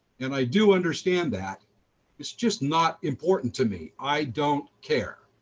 and i do understand that it's just not important to me. i don't care.